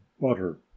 butter